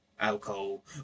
alcohol